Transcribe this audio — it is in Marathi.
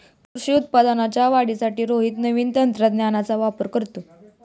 कृषी उत्पादनाच्या वाढीसाठी रोहित नवीन तंत्रज्ञानाचा वापर करतो